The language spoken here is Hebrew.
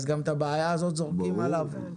אז גם את הבעיה הזאת זורקים עליו?